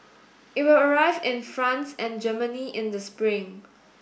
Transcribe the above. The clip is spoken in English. it will arrive in France and Germany in the spring